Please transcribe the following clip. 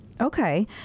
Okay